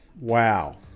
wow